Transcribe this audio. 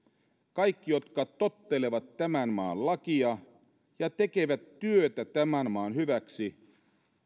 kaikki jotka tottelevat tämän maan lakia ja tekevät työtä tämän maan hyväksi